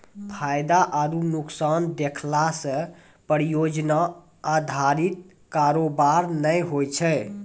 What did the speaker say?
फायदा आरु नुकसान देखला से परियोजना अधारित कारोबार नै होय छै